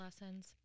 lessons